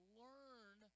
learn